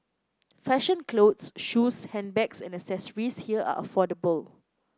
fashion clothes shoes handbags and accessories here are affordable